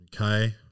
Okay